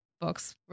books